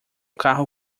carro